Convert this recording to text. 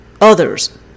others